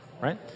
right